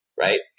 Right